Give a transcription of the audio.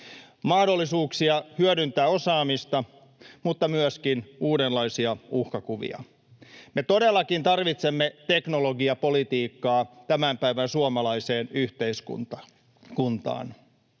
mahdollisuuksia hyödyntää osaamista, mutta myöskin uudenlaisia uhkakuvia. Me todellakin tarvitsemme teknologiapolitiikkaa tämän päivän suomalaiseen yhteiskuntaan.